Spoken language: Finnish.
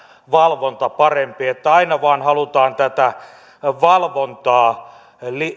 valvonta parempi ja aina vain halutaan tätä valvontaa